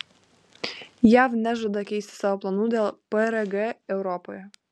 jav nežada keisti savo planų dėl prg europoje